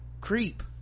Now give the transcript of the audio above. creep